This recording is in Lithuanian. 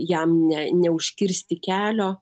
jam ne neužkirsti kelio